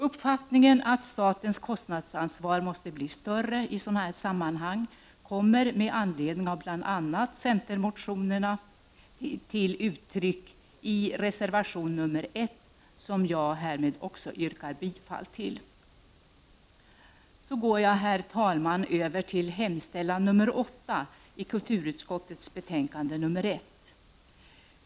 Uppfattningen att statens kostnadsansvar måste bli större i sådana här sammanhang kommer, med anledning av bl.a. centermotionerna, till uttryck i reservation 1, som jag härmed yrkar bifall till. Herr talman! Jag vill nu beröra punkt 8 i hemställan i kulturutskottets betänkande nr 1.